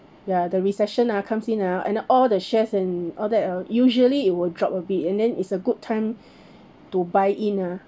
ya the recession ah comes in ah and all the shares and all that ah usually it will drop a bit and then is a good time to buy in ah